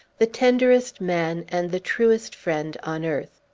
the tenderest man and the truest friend on earth.